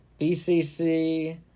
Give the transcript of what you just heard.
BCC